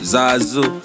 Zazu